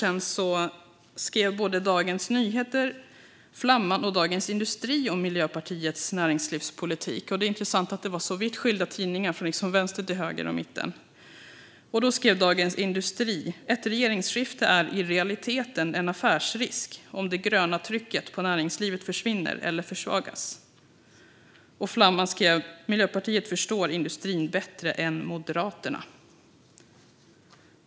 Då skrev både Dagens Nyheter, Flamman och Dagens industri om Miljöpartiets näringslivspolitik, och det är intressant att det var så vitt skilda tidningar - vänster, mitten, höger. Dagens industri skrev: "Ett regeringsskifte är i realiteten en affärsrisk om det gröna trycket på näringslivet försvinner eller försvagas." Flamman skrev: "Miljöpartiet förstår industrin bättre än moderater."